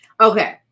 Okay